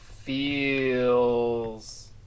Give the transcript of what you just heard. feels